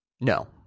No